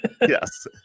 Yes